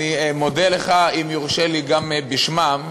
אני מודה לך, אם יורשה לי, גם בשמם,